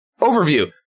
overview